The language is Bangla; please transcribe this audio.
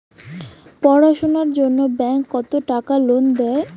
পড়াশুনার জন্যে ব্যাংক কত টাকা লোন দেয়?